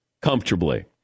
comfortably